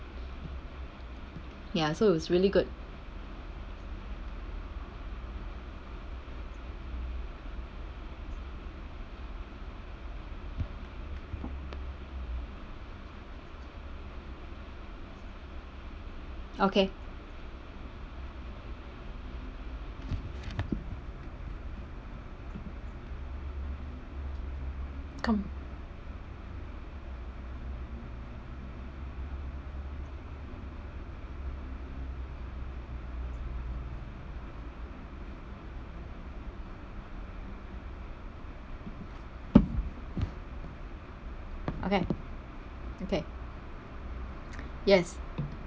ya so it was really good okay come okay okay yes